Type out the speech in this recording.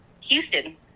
Houston